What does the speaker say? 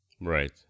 right